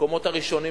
המקומות הראשונים,